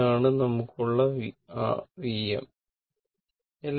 ഇതാണ് നമ്മുക്ക് ഉള്ള rVm ആണ്